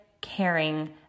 caring